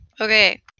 Okay